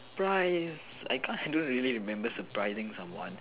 surprise I can't do really remember surprising someone